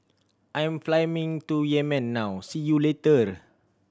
I am flying to Yemen now see you soon